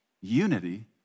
Unity